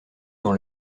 dans